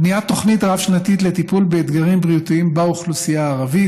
בניית תוכנית רב-שנתית לטיפולים באתגרים בריאותיים באוכלוסייה הערבית,